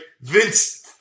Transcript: Vince